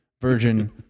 virgin